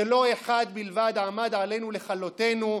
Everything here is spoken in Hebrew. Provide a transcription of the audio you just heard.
שלא אחד בלבד עמד עלינו לכלותינו,